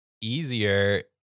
easier